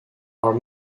are